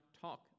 talk